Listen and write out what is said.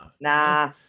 Nah